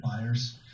buyers